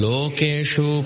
Lokeshu